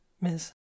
miss